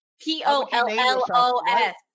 P-O-L-L-O-S